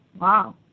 Wow